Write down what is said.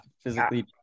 physically